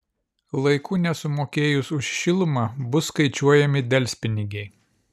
laiku nesumokėjus už šilumą bus skaičiuojami delspinigiai